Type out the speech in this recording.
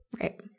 Right